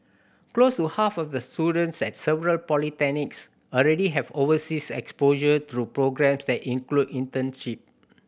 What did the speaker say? close to half of the students at several polytechnics already have overseas exposure through programmes that include internship